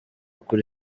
kuri